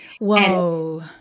Whoa